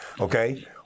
okay